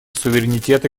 суверенитета